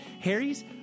Harry's